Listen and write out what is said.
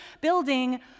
building